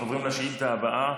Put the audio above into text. אנחנו עוברים לשאילתה הבאה,